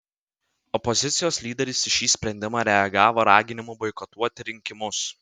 opozicijos lyderis į šį sprendimą reagavo raginimu boikotuoti rinkimus